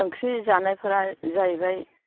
ओंख्रि जानायफोरा जाहैबाय